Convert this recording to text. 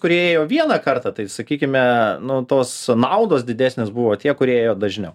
kurie ėjo vieną kartą tai sakykime nu tos naudos didesnės buvo tie kurie ėjo dažniau